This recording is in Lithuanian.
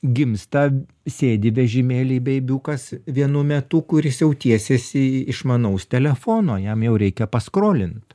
gimsta sėdi vežimėly beibiukas vienu metu kuris jau tiesiasi išmanaus telefono jam jau reikia paskrolint